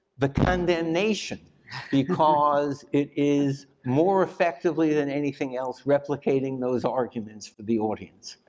the condemnation because it is more effectively than anything else replicating those arguments for the audience.